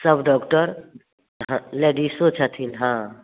सभ डॉक्टर लेडिसो छथिन हाँ